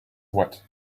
what